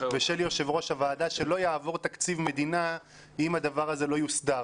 בשל יו"ר הוועדה שלא יעבור תקציב מדינה אם הדבר הזה לא יוסדר.